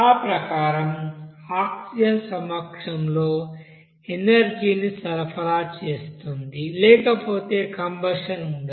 ఆ ప్రకారం ఆక్సిజన్ సమక్షంలో ఎనర్జీ ని సరఫరా చేస్తుంది లేకపోతే కంబషన్ ఉండదు